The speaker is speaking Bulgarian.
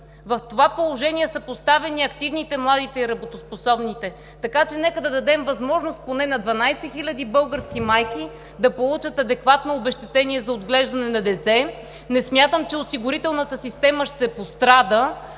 В това положение са поставени активните, младите и работоспособните. Така че нека да дадем възможност поне на 12 хиляди български майки да получат адекватно обезщетение за отглеждане на дете. Не смятам, че осигурителната система ще пострада.